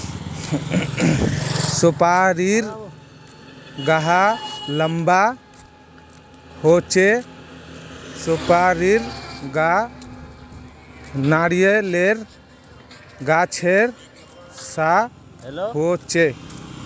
सुपारीर गाछ लंबा होचे, सुपारीर गाछ नारियालेर गाछेर सा होचे